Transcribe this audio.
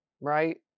right